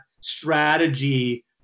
strategy